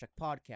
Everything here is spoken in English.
podcast